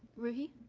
really,